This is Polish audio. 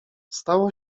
stało